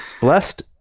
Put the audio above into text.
blessed